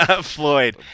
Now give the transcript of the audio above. Floyd